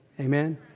Amen